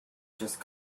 just